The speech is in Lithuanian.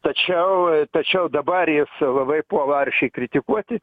tačiau tačiau dabar jis labai puola aršiai kritikuoti